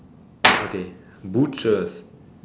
okay butchers